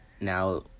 now